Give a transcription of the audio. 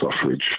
suffrage